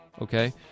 Okay